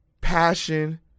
passion